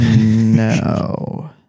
No